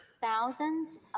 thousands